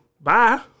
bye